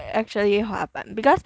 actually 滑板 because